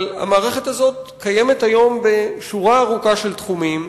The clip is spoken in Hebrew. המערכת הזאת קיימת היום בשורה ארוכה של תחומים,